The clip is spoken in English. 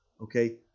Okay